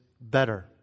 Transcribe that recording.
better